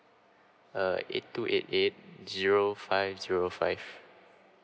uh eight two eight eight zero five zero five